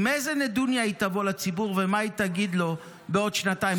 עם איזו נדוניה היא תבוא לציבור ומה היא תגיד לו בעוד שנתיים,